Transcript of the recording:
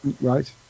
Right